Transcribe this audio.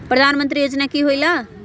प्रधान मंत्री योजना कि होईला?